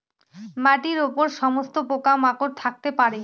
মাটির উপর সমস্ত পোকা মাকড় থাকতে পারে